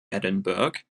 edinburgh